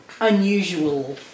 unusual